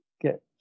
get